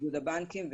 איגוד הבנקים,